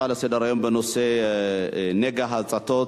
ההצעה לסדר-היום בנושא נגע ההצתות,